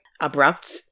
abrupt